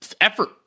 effort